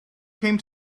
came